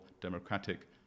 democratic